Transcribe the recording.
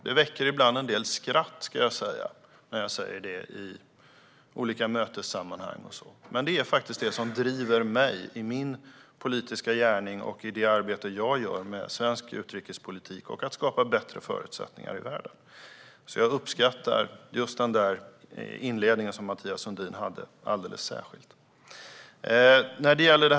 Det väcker ibland en del skratt när jag säger det i olika mötessammanhang, men det är faktiskt det som driver mig i min politiska gärning och i det arbete jag gör med svensk utrikespolitik för att skapa bättre förutsättningar i världen. Jag uppskattar därför Mathias Sundins inledning alldeles särskilt.